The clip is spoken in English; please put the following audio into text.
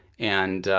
and